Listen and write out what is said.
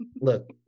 look